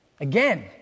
Again